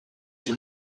une